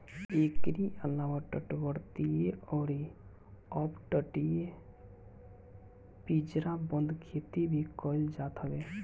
एकरी अलावा तटवर्ती अउरी अपतटीय पिंजराबंद खेती भी कईल जात हवे